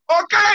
Okay